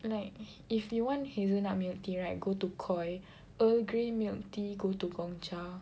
like if you want hazelnut milk tea right go to KOI earl grey milk tea go to Gong Cha